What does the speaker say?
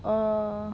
err